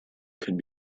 could